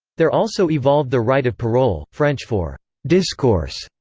there also evolved the right of parole, french for discourse,